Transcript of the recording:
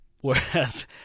whereas